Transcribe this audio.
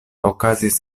okazis